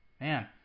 Man